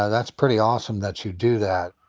that's pretty awesome that you do that.